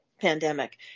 pandemic